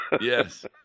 Yes